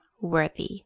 worthy